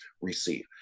receive